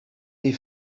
des